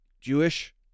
Jewish